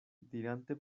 dirante